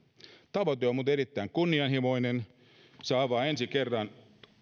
tavoite on muuten erittäin kunnianhimoinen se avaa ensi kerran